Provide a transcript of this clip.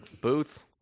Booth